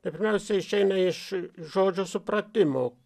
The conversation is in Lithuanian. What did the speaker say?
tai pirmiausia išeina iš žodžio supratimo